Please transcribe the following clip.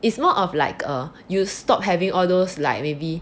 it's more of like a you stop having all those like maybe